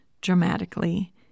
dramatically